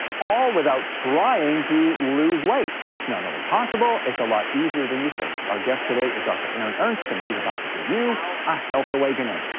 all without trying to lose weight. it's not only possible, it's a lot easier than you think. our guest today is dr. aaron ernst and he's about to give you a health awakening.